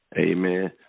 amen